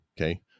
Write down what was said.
Okay